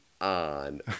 on